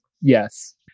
yes